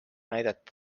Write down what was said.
näidata